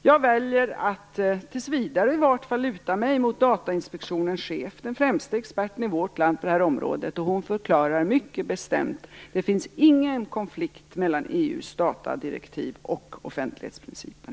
Jag väljer att tills vidare luta mig mot Datainspektionens chef, som är den främsta experten i vårt land på det här området. Hon förklarar mycket bestämt att det inte finns någon konflikt mellan EU:s datadirektiv och offentlighetsprincipen.